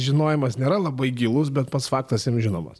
žinojimas nėra labai gilus bet pats faktas jiems žinomas